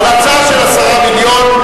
על הצעה של 10 מיליון.